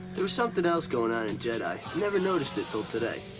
there was something else going on in jedi. i never noticed it till today.